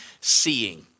seeing